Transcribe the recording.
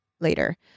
later